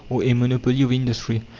or a monopoly of industry.